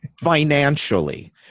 financially